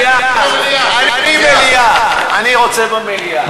אני רוצה דיון במליאה.